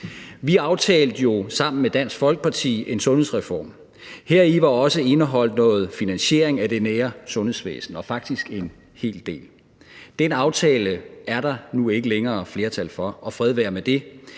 Vi aftalte jo sammen med Dansk Folkeparti en sundhedsreform. Heri var også indeholdt noget finansiering af det nære sundhedsvæsen, og faktisk en hel del. Den aftale er der nu ikke længere flertal for, og fred være med det,